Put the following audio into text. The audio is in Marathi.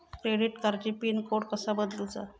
क्रेडिट कार्डची पिन कोड कसो बदलुचा?